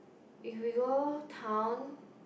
if we go town